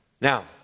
Now